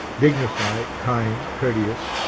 dignified, kind, courteous,